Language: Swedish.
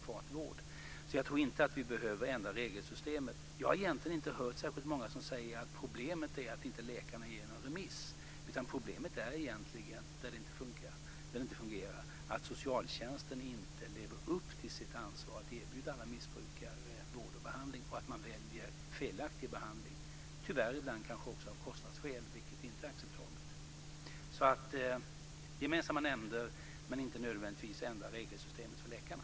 Därför tror jag inte att vi behöver ändra regelsystemet. Jag har egentligen inte hört särskilt många säga att problemet är att läkarna inte ger någon remiss. Där det inte fungerar är problemet egentligen att socialtjänsten inte lever upp till sitt ansvar att erbjuda alla missbrukare vård och behandling och att man väljer felaktig behandling, tyvärr ibland kanske också av kostnadsskäl, vilket inte är acceptabelt. Förslaget om gemensamma nämnder är bra, men vi behöver inte nödvändigtvis ändra regelsystemet för läkarna.